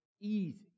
easy